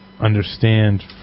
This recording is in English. Understand